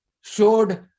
showed